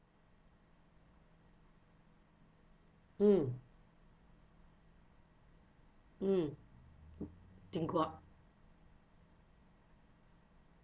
mm mm didn't go up